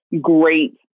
great